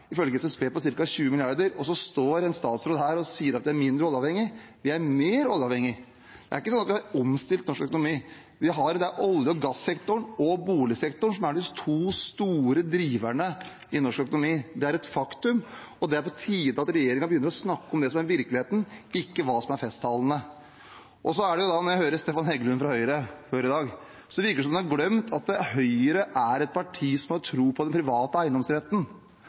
ifølge SSB på ca. 20 mrd. kr, og så står statsråden her og sier at vi er mindre oljeavhengig. Vi er mer oljeavhengig. Det er ikke sånn at vi har omstilt norsk økonomi. Det er olje- og gassektoren og boligsektoren som er de to store driverne i norsk økonomi. Det er et faktum, og det er på tide at regjeringen begynner å snakke om det som er virkeligheten, ikke det som er festtaler. Når jeg hører Stefan Heggelund fra Høyre før i dag, virker det som han har glemt at Høyre er et parti som har tro på den private eiendomsretten,